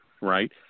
right